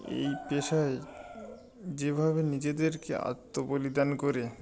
এই পেশায় যেভাবে নিজেদেরকে আত্মবলিদান করে